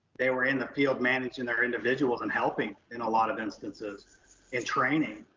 they were in the field, managing their individuals and helping in a lot of instances and training.